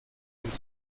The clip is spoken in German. und